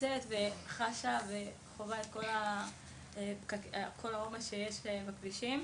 יוצאת וחווה את כל העומס שיש בכבישים.